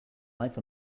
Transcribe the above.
life